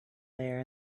there